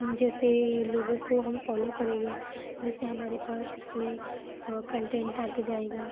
जैसे लोगों को हम फॉलो करेंगे वैसे हमारे पास उसमें कंटेंट आता जाएगा